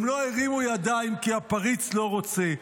הם לא הרימו ידיים כי הפריץ לא רוצה.